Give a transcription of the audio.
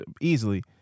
easily